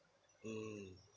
mm